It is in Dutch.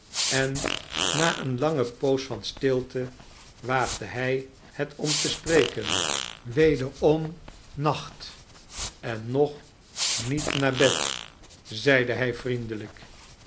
en na eene lange poos van stilte waagde hij het om te spreken wederom nacht en nog niet naar bed zeide hij vriendelijk